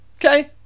Okay